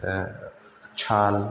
साल